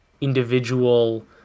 individual